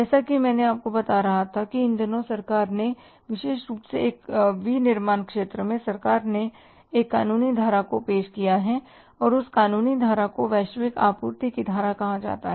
जैसा कि मैं आपको बता रहा हूं कि इन दिनों सरकार ने विशेष रूप से एक विनिर्माण क्षेत्र में सरकार ने एक कानूनी धारा को पेश किया है और उस कानूनी धारा को वैश्विक आपूर्ति की धारा कहा जाता है